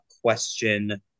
question